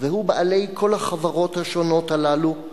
והוא בעלי כל החברות השונות הללו.